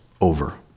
over